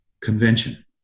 convention